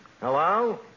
Hello